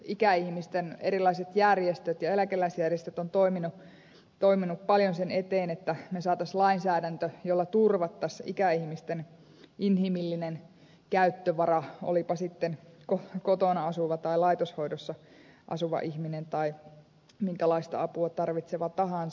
ikäihmisten erilaiset järjestöt ja eläkeläisjärjestöt ovat toimineet paljon sen eteen että saisimme lainsäädännön jolla turvattaisiin ikäihmisten inhimillinen käyttövara olipa sitten kotona asuva tai laitoshoidossa asuva ihminen tai minkälaista apua tarvitseva tahansa